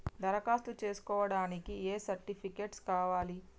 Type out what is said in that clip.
దరఖాస్తు చేస్కోవడానికి ఏ సర్టిఫికేట్స్ కావాలి?